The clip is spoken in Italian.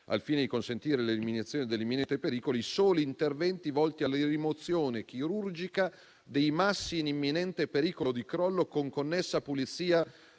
al fine di consentire l'eliminazione dell'imminente pericolo, i soli interventi volti alla rimozione chirurgica dei massi in imminente pericolo di crollo, con connessa pulizia